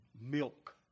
milk